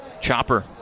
Chopper